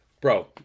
Bro